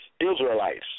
Israelites